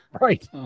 Right